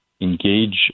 engage